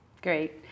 Great